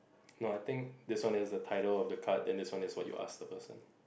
no I think this one is the title of the card and this one is what you ask the person